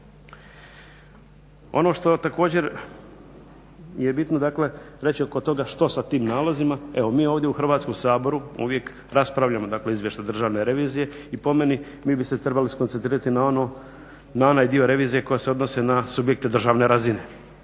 Ono što također je bitno dakle reći oko toga što sa tim nalozima evo mi ovdje u Hrvatskom saboru uvijek raspravljamo dakle Izvještaj Državne revizije i po meni mi bi se trebali skoncentrirati na onaj dio revizije koja se odnosi na subjekte državne razine.